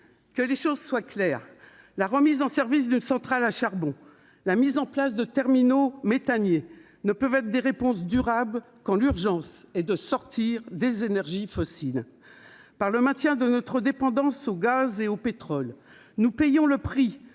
Que les choses soient claires : la remise en service d'une centrale à charbon ou la mise en place de terminaux méthaniers ne peuvent pas être des réponses durables quand l'urgence est de sortir des énergies fossiles ! Par le maintien de notre dépendance au gaz et au pétrole, nous payons le prix